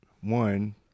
one